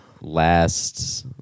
last